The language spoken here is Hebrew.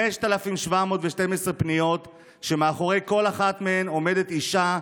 5,712 פניות שמאחורי כל אחת מהן יש אישה,